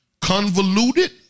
convoluted